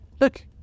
look